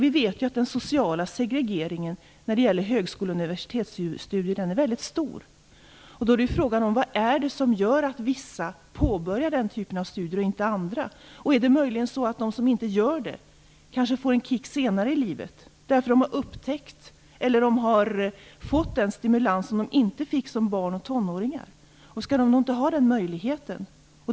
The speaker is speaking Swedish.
Vi vet ju att den sociala segregeringen är väldigt stor när det gäller universitets och högskolestudier. Då är frågan vad det är som gör att vissa påbörjar den typen av studier och inte andra. Är det möjligen så att de som inte gör det får en kick senare i livet, för att de då har fått den stimulans som de inte fick som barn och tonåringar? Skall de inte få den möjligheten då?